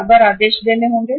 बार बार आपको आदेश देने होंगे